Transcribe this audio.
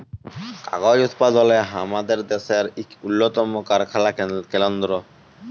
কাগজ উৎপাদলে আমাদের দ্যাশের ইক উল্লতম কারখালা কেলদ্র